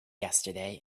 yesterday